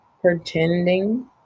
pretending